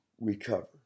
recover